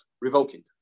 revoking